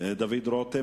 דוד רותם,